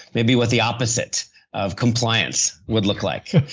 maybe, what the opposite of compliance would look like.